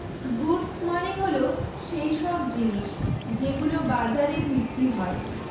goods মানে হল সৈইসব জিনিস যেগুলো বাজারে বিক্রি হয়